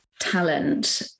talent